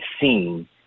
seen